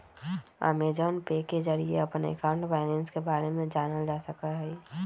Amazon Pay के जरिए अपन अकाउंट बैलेंस के बारे में जानल जा सका हई